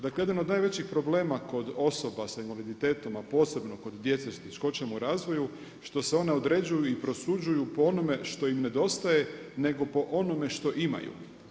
Dakle jedan od najvećih problema kod osoba sa invaliditetom a posebno kod djece sa teškoćama u razvoju što se ona određuju i prosuđuju po onome što im nedostaje nego po onome što imaju.